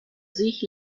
sich